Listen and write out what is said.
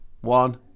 One